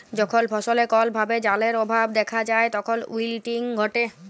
যখল ফসলে কল ভাবে জালের অভাব দ্যাখা যায় তখল উইলটিং ঘটে